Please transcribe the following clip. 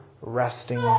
resting